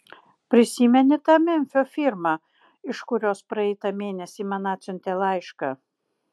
prisimeni tą memfio firmą iš kurios praeitą mėnesį man atsiuntė laišką